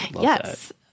yes